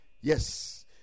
Yes